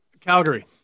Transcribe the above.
Calgary